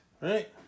right